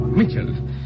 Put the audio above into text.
Mitchell